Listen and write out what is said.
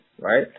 right